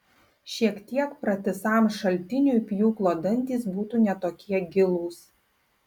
šiek tiek pratisam šaltiniui pjūklo dantys būtų ne tokie gilūs